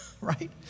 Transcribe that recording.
right